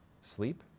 sleep